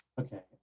Okay